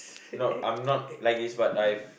no I'm not like this but I've